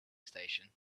station